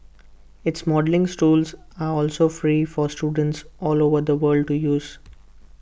its modelling tools are also free for students all over the world to use